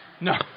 No